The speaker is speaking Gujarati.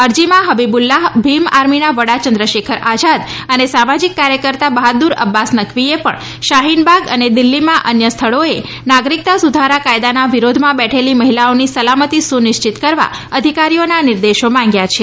અરજીમાં હબીબુલ્લાહ ભીમ આર્મીના વડા ચંદ્રશેખર આઝાદ અને સામાજીક કાર્યકર્તા બહાદુર અબ્બાસ અને સામાજીક કાર્યકર્તા બહાદુર અબ્બાસ નકવીએ પણ શાહીન બાગ અને દિલ્હીમાં અન્ય સ્થળોએ નાગરિકતા સુધારા કાયદાના વિરોધમાં બેઠેલી મહિલાઓની સલામતી સુનિશ્ચિત કરવા અધિકારીઓના નિર્દેશો માંગ્યા છે